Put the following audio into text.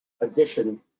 addition